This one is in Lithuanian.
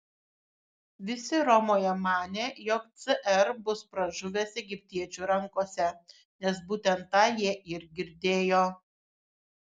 visi romoje manė jog cr bus pražuvęs egiptiečių rankose nes būtent tą jie ir girdėjo